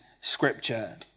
scripture